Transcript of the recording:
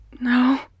No